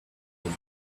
gave